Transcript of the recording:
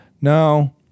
No